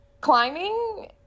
climbing